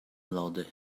laude